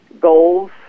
goals